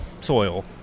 soil